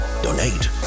Donate